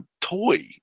toy